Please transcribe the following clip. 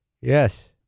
Yes